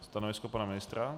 Stanovisko pana ministra?